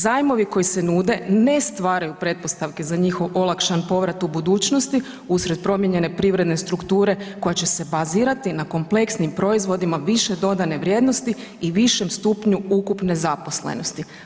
Zajmovi koji se nude ne stvaraju pretpostavke za njihov olakšan povrat u budućnosti usred promijenjene privredne strukture koja će se bazirati na kompleksnim proizvodima više dodane vrijednosti i višem stupnju ukupne zaposlenosti.